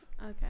Okay